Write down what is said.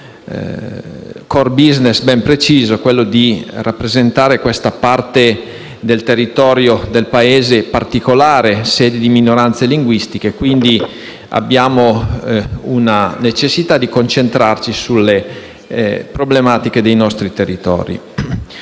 un *core business* ben preciso, quello di rappresentare questa parte specifica del territorio del Paese, sede di minoranze linguistiche, quindi abbiamo la necessità di concentrarci sulle problematiche dei nostri territori.